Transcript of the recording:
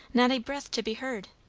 not a breath to be heard.